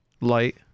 light